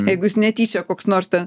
jeigu jis netyčia koks nors ten